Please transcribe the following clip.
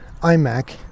iMac